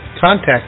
Contact